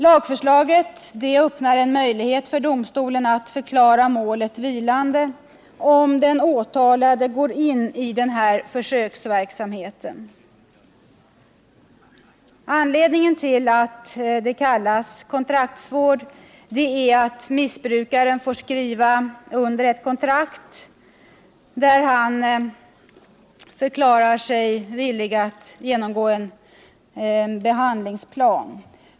Lagförslaget öppnar en möjlighet för domstolen att förklara målet vilande, om den åtalade går in i försöksverksamheten. Anledningen till att det kallas kontraktsvård är att missbrukaren får skriva under ett kontrakt, där han förklarar sig villig följa en behandlingsplan.